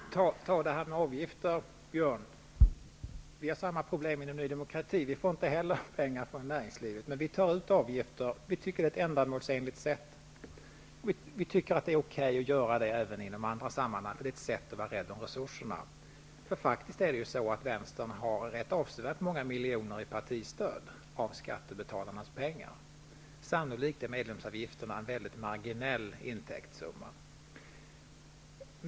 Herr talman! När det gäller avgifter, Björn Samuelson, har vi inom Ny demokrati samma problem. Inte heller vi får några pengar från näringslivet. Men vi tar ut avgifter, för vi tycker att det är ett ändamålsenligt sätt, och vi tycker att det är okej att göra det även i andra sammanhang. Att ta ut avgifter är ett sätt att vara rädd om resurserna. Vänsterpartiet har ju rätt avsevärt många miljoner av skattebetalarnas pengar i partistöd. Medlemsavgifterna är säkerligen en väldigt marginell intäktssumma.